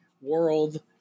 World